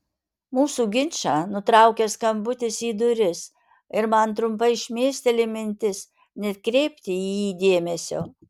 mūsų ginčą nutraukia skambutis į duris ir man trumpai šmėsteli mintis nekreipti į jį dėmesio